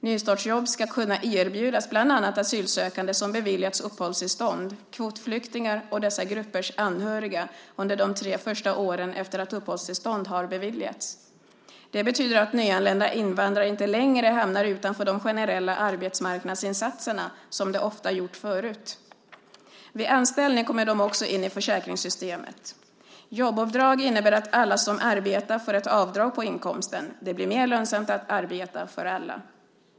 Nystartsjobb ska kunna erbjudas bland annat asylsökande som beviljats uppehållstillstånd, kvotflyktingar och dessa gruppers anhöriga under de tre första åren efter att uppehållstillstånd har beviljats. Det betyder att nyanlända invandrare inte längre hamnar utanför de generella arbetsmarknadsinsatserna, som de ofta gjort förut. Vid anställning kommer de också in i försäkringssystemet. Jobbavdrag innebär att alla som arbetar får ett avdrag på inkomstskatten. Det blir mer lönsamt att arbeta för alla.